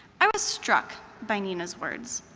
i was struck by nina's words.